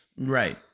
Right